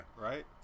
Right